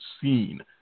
seen